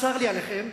צר לי עליכם,